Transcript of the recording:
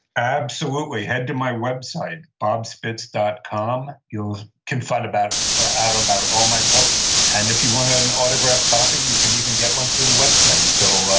absolutely. head to my website, bobspitz dot com. you can find ah out about all my books. and if you want an autographed copy, you can even get one through the website. so,